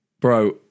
Bro